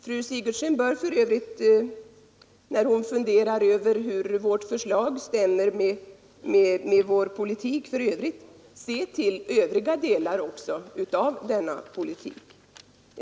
Fru Sigurdsen bör, när hon funderar över hur vårt förslag stämmer med vår politik i övrigt, se till de andra delarna av denna politik.